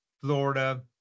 Florida